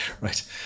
right